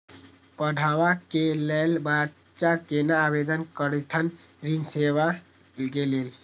पढ़वा कै लैल बच्चा कैना आवेदन करथिन ऋण लेवा के लेल?